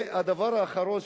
והדבר האחרון,